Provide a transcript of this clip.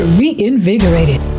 reinvigorated